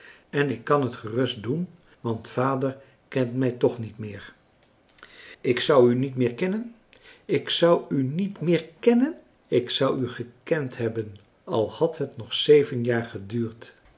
en ik kan het gerust doen want vader kent mij toch niet meer ik zou u niet meer kennen ik zou u niet meer kennen ik zou u gekend hebben al had het ng zeven jaar geduurd